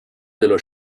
dello